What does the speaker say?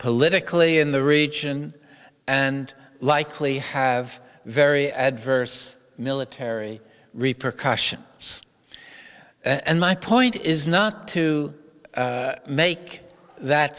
politically in the region and likely have very adverse military repercussions and my point is not to make that